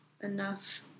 enough